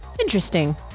Interesting